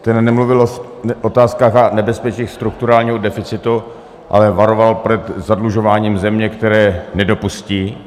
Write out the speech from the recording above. Ten nemluvil o otázkách a nebezpečích strukturálního deficitu, ale varoval před zadlužováním země, které nedopustí.